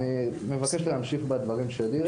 אני מבקש להמשיך בדברים שלי.